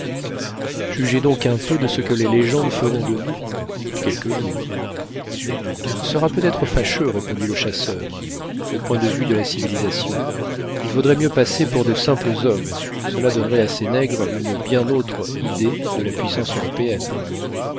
jugez donc un peu de ce que les légendes feront de nous quelque jour ce sera peut-être fâcheux répondit le chasseur au point de vue de la civilisation il vaudrait mieux passer pour de simples hommes cela donnerait à ces nègres une bien autre idée de la puissance européenne